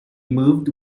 moved